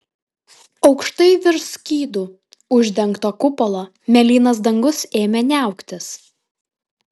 aukštai virš skydu uždengto kupolo mėlynas dangus ėmė niauktis